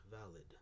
valid